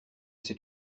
c’est